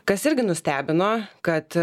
kas irgi nustebino kad